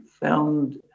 found